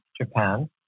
Japan